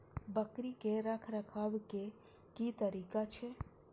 बकरी के रखरखाव के कि तरीका छै?